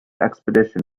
expedition